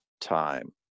time